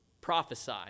Prophesy